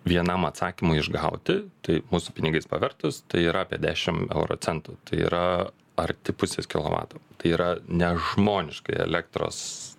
vienam atsakymui išgauti tai mūsų pinigais pavertus tai yra apie dešim euro centų tai yra arti pusės kilovato tai yra nežmoniškai elektros